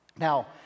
Now